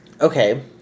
Okay